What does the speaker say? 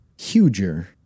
huger